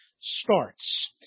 starts